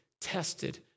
tested